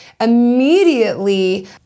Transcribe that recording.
immediately